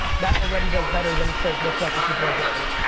that already does better than it says, what's up, it's your boy, gary.